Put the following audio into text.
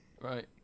Right